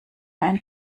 ein